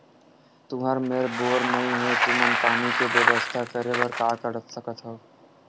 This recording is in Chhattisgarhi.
तुहर मेर बोर नइ हे तुमन पानी के बेवस्था करेबर का कर सकथव?